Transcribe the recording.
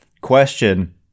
question